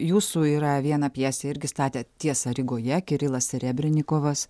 jūsų yra viena pjesė irgi statėt tiesa rygoje kirilas serebrinikovas